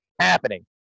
happening